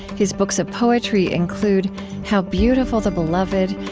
his books of poetry include how beautiful the beloved,